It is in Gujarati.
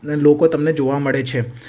લોકો તમને જોવા મળે છે